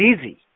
easy